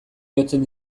jotzen